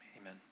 Amen